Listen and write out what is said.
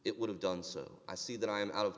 it would have done so i see that i am out of